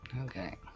Okay